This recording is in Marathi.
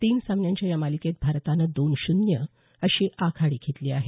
तीन सामन्याच्या या मालिकेत भारतानं दोन शून्य अशी विजयी आघाडी घेतली आहे